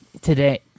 Today